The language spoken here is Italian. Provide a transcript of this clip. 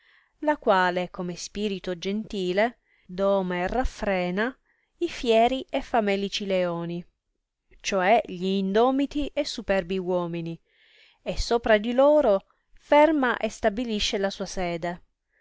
la quale come spirito gentile doma e raffrena i fieri e famelici leoni cioè gli indomiti e superbi uomini e sopra di loro ferma e stabilisce la sua sede